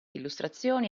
illustrazioni